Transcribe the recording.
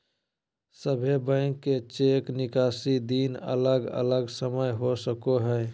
सभे बैंक के चेक निकासी दिन अलग अलग समय हो सको हय